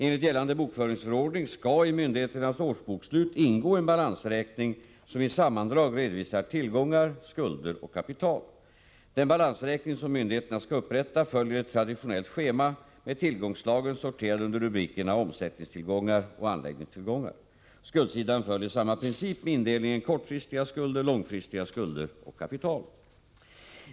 Enligt gällande bokföringsförordning skall i myndigheternas årsbokslut ingå en balansräkning som i sammandrag redovisar tillgångar, skulder och kapital. Den balansräkning som myndigheterna skall upprätta följer ett traditionellt schema med tillgångsslagen sorterade under rubrikerna omsättningstillgångar och anläggningstillgångar. Skuldsidan följer samma princip med indelningen kortfristiga skulder, långfristiga skulder och kapital.